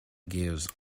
gives